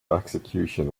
execution